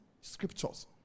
scriptures